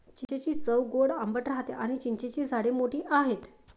चिंचेची चव गोड आंबट राहते आणी चिंचेची झाडे मोठी आहेत